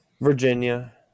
Virginia